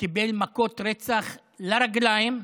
וקיבל מכות רצח ברגליים.